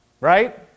Right